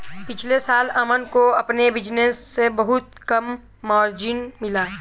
पिछले साल अमन को अपने बिज़नेस से बहुत कम मार्जिन मिला